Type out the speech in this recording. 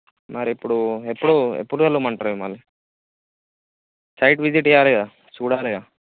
మరి ఇప్పుడు ఎప్పుడు ఎప్పుడు కలవమంటారు మిమ్మల్ని సైట్ విజిట్ చేయాలి కదా చూడాలి కదా